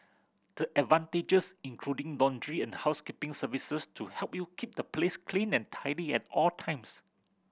the advantages including laundry and housekeeping services to help you keep the place clean and tidy at all times